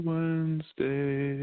Wednesday